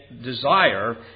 desire